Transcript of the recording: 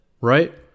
right